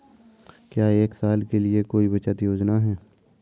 क्या एक साल के लिए कोई बचत योजना है?